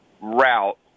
route